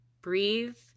breathe